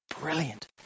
brilliant